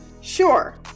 Sure